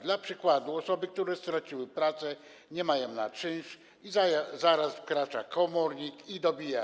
Dla przykładu osoby, które straciły pracę, nie mają na czynsz i zaraz wkracza komornik i je dobija.